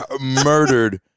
murdered